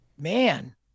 man